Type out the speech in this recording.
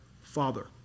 Father